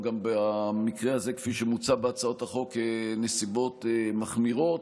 המקרה הזה כפי שמוצע בהצעת החוק בנסיבות מחמירות,